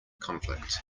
conflict